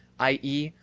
i e,